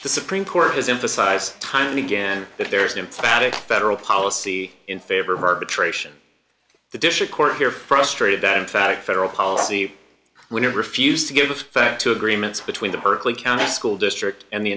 supreme court has emphasized time and again that there's an emphatic federal policy in favor of arbitration the district court here frustrated that emphatic federal policy when it refused to give effect to agreements between the berkeley county school district and the